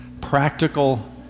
practical